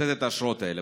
לתת את האשרות האלה.